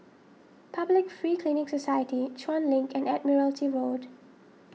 Public Free Clinic Society Chuan Link and Admiralty Road